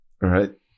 right